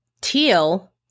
Teal